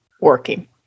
working